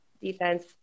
defense